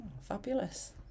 fabulous